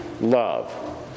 love